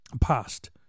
past